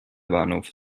bahnhof